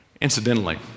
Incidentally